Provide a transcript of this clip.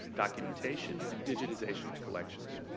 documentation, and digitization of collections.